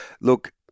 Look